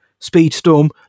Speedstorm